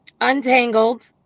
Untangled